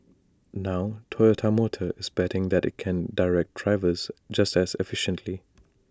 now Toyota motor is betting that IT can direct drivers just as efficiently